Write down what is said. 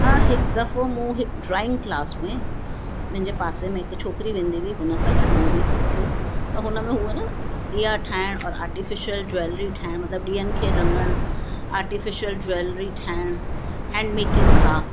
हा हिकु दफ़ो मूं हिक ड्रॉइंग क्लास में मुंहिंजे पासे में हिकु छोकरी वेंदी हुई हुन सां गॾु मूं बि सिखियो त हुन में उहो न ॾीआ ठाहिणु औरि आर्टीफिशल ज्वेलरी ठाहिणु मतिलबु ॾींहनि खे रंगणु आर्टीफिशल ज्वेलरी ठाहिणु हेंड मेकिंग क्राफ्ट